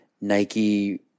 Nike